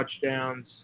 touchdowns